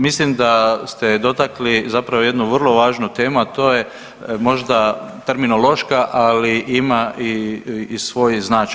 Mislim da ste dotakli zapravo jednu vrlo važnu temu, a to je možda terminološka ali ima i svoj značaj.